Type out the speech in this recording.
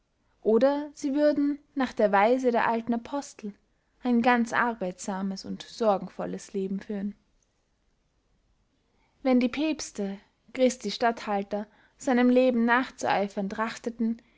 oder sie würden nach der weise der alten apostel ein ganz arbeitsames und sorgenvolles leben führen wenn die päpste christi statthalter seinem leben nachzueifern trachteten